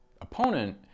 opponent